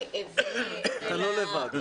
אתה לא לבד.